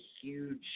huge